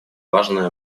важное